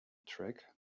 track